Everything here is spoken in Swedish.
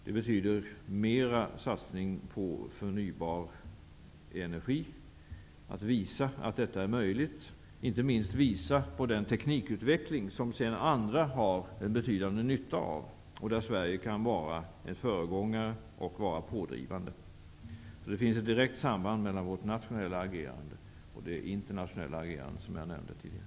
Det betyder att det är nödvändigt att satsa mera på förnybar energi. Det gäller att visa att detta är möjligt och, inte minst, att visa på den teknikutveckling som andra sedan har betydande nytta av. I det sammanhanget kan Sverige vara en föregångare och även vara pådrivande. Det finns således ett direkt samband mellan vårt nationella agerande och det internationella agerande som jag tidigare nämnde.